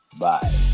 bye